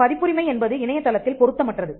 பதிப்புரிமை என்பது இணையத்தில் பொருத்தமற்றது